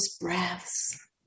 breaths